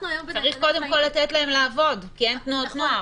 צריך קודם כול לתת להן לעבוד כי אין תנועות נוער.